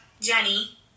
Jenny